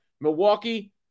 Milwaukee